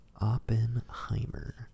Oppenheimer